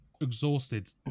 exhausted